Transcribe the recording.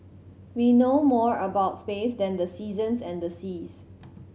we know more about space than the seasons and the seas